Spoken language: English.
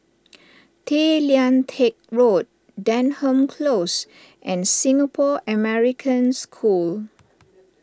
Tay Lian Teck Road Denham Close and Singapore American School